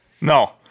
No